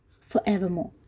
forevermore